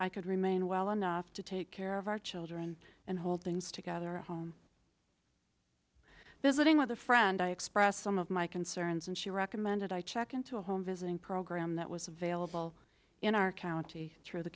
i could remain well enough to take care of our children and hold things together at home visiting with a friend i expressed some of my concerns and she recommended i check into a home visiting program that was available in our county through the